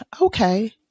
Okay